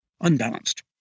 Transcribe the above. unbalanced